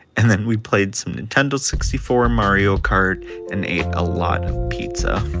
and then we played some nintendo sixty four mario kart and ate a lot pizza